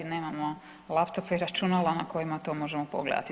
Nemamo laptope i računala na kojima to možemo pogledati.